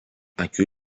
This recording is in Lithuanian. akių